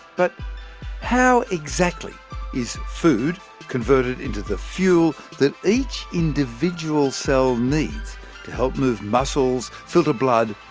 but how exactly is food converted into the fuel that each individual cell needs to help move muscles, filter blood,